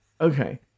Okay